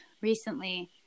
recently